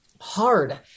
Hard